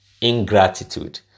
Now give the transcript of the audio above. ingratitude